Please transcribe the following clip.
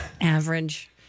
Average